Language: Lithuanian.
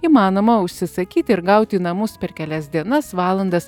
įmanoma užsisakyti ir gauti į namus per kelias dienas valandas